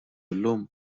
illum